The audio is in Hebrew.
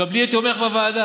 קבלי את יומך בוועדה.